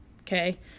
okay